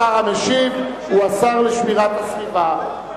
השר המשיב הוא השר לשמירת הסביבה.